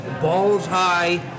balls-high